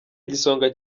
igisonga